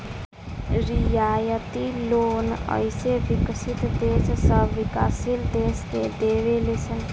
रियायती लोन अइसे विकसित देश सब विकाशील देश के देवे ले सन